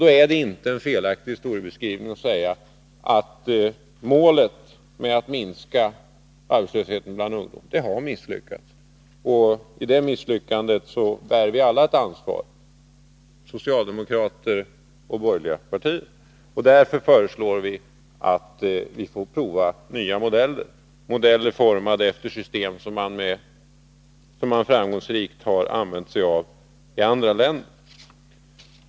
Då är det inte en felaktig historieskrivning att säga att man har misslyckats med att nå målet att minska arbetslösheten bland ungdom. För det misslyckandet bär vi alla ett ansvar, socialdemokrater och borgerliga partier. Därför föreslår vi att vi skall få pröva nya modeller, formade efter system som framgångsrikt har använts i andra länder.